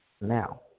now